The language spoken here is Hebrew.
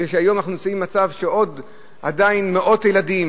והיום אנחנו נמצאים במצב שעדיין מאות ילדים